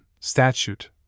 statute